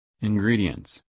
Ingredients